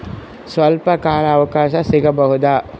ಸ್ವಲ್ಪ ಕಾಲ ಅವಕಾಶ ಸಿಗಬಹುದಾ?